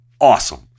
awesome